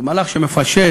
זה מהלך שמפשט,